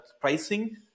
pricing